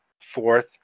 fourth